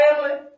family